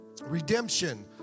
redemption